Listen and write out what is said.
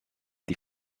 die